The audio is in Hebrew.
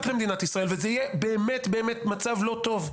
למדינת ישראל וזה יהיה באמת מצב לא טוב.